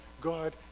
God